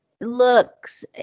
looks